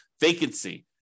vacancy